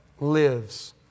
lives